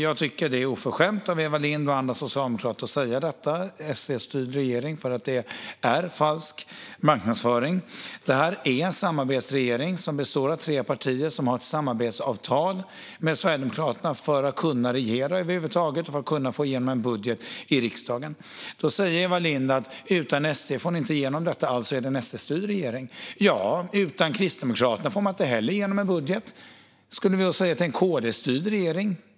Jag tycker att det är oförskämt av Eva Lindh och andra socialdemokrater att säga att detta är en SD-styrd regering, för det är falsk marknadsföring. Det här är en samarbetsregering som består av tre partier som har ett samarbetsavtal med Sverigedemokraterna för att kunna regera över huvud taget och för att kunna få igenom en budget i riksdagen. Eva Lindh säger att man inte får igenom detta utan SD och att det alltså är en SD-styrd regering. Men utan Kristdemokraterna får man inte heller igenom en budget. Skulle vi då säga att det är en KD-styrd regering?